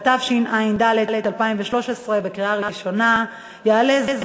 הצעת חוק הנכים (תגמולים ושיקום) (תיקון מס'